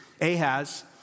Ahaz